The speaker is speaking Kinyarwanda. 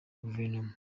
guverinoma